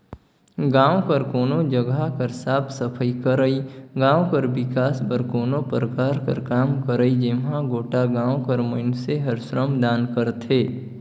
गाँव कर कोनो जगहा कर साफ सफई करई, गाँव कर बिकास बर कोनो परकार कर काम करई जेम्हां गोटा गाँव कर मइनसे हर श्रमदान करथे